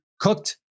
cooked